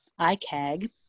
ICAG